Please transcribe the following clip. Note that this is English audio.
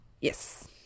Yes